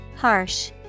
Harsh